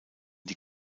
die